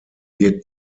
wird